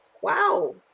wow